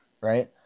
Right